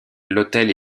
l’autel